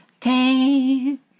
Take